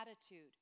attitude